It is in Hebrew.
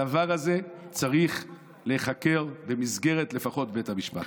הדבר הזה צריך להיחקר לפחות במסגרת בית המשפט.